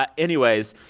ah anyways,